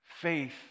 Faith